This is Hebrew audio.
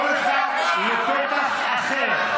כל אחד לפתח אחר.